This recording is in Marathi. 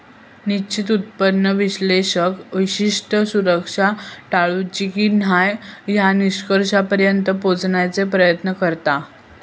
निश्चित उत्पन्न विश्लेषक विशिष्ट सुरक्षा टाळूची की न्हाय या निष्कर्षापर्यंत पोहोचण्याचो प्रयत्न करता